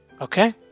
Okay